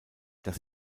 das